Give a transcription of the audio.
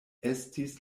estis